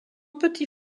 petit